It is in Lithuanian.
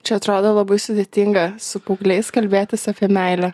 čia atrodo labai sudėtinga su paaugliais kalbėtis apie meilę